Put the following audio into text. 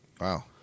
Wow